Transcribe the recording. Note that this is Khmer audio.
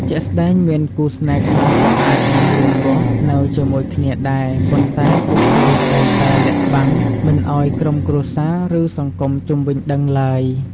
ជាក់ស្តែង មានគូស្នេហ៍ខ្លះក៏អាចនឹងរួមរស់នៅជាមួយគ្នាដែរ ប៉ុន្តែពួកគេតែងតែ លាក់បាំង មិនឱ្យក្រុមគ្រួសារ ឬសង្គមជុំវិញដឹងឡើយ។